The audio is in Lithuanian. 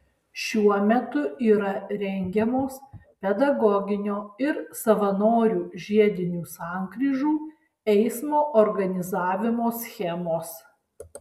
šiuo metu yra rengiamos pedagoginio ir savanorių žiedinių sankryžų eismo organizavimo schemos